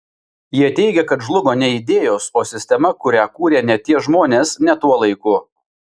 jie teigia kad žlugo ne idėjos o sistema kurią kūrė ne tie žmonės ne tuo laiku